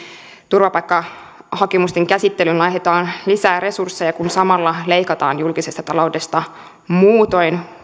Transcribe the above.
turvapaikkahakemusten käsittelyyn laitetaan lisää resursseja kun samalla leikataan julkisesta taloudesta muutoin